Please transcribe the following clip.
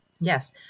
Yes